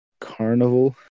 carnival